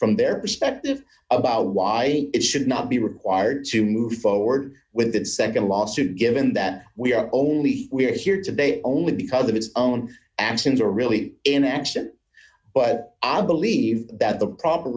from their perspective about why it should not be required to move forward with that nd lawsuit given that we are only we are here today only because of its own actions are really in action but i believe that the pro